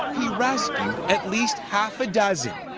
he rescued at least half a dozen.